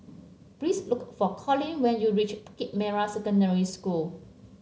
please look for Collin when you reach Bukit Merah Secondary School